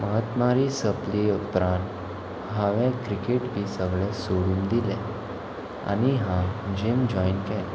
महात्मारी सोंपली उपरांत हांवें क्रिकेट बी सगळें सोडून दिलें आनी हांव जीम जॉयन केलें